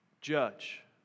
judge